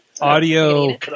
audio